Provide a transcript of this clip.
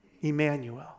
Emmanuel